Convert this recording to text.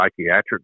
psychiatric